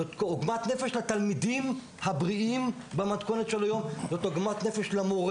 זו עוגמת נפש לתלמידים הבריאים במתכונת של היום וגם למורה.